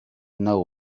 know